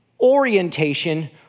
orientation